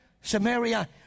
Samaria